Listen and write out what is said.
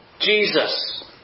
Jesus